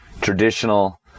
traditional